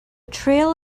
trail